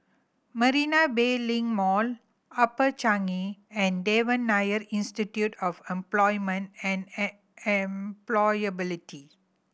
Marina Bay Link Mall Upper Changi and Devan Nair Institute of Employment and Employability